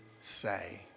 say